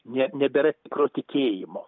ne nebėra tikro tikėjimo